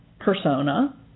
persona